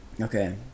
Okay